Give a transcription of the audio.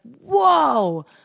whoa